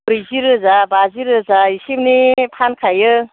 ब्रैजि रोजा बाजि रोजा इसेनि फानखायो